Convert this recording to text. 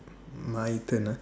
my turn